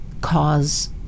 cause